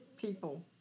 people